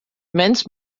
mens